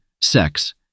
sex